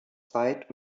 zeit